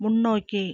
முன்னோக்கி